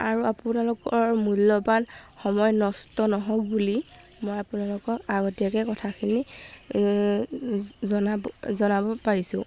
আৰু আপোনালোকৰ মূল্যৱান সময় নষ্ট নহওক বুলি মই আপোনালোকক আগতীয়াকে কথাখিনি জনাব জনাব পাৰিছোঁ